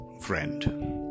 friend